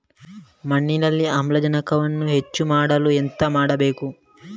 ಮಣ್ಣಿನಲ್ಲಿ ಆಮ್ಲಜನಕವನ್ನು ಹೆಚ್ಚು ಮಾಡಲು ಎಂತ ಮಾಡಬೇಕು?